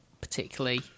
particularly